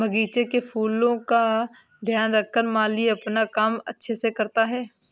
बगीचे के फूलों का ध्यान रख माली अपना काम अच्छे से करता है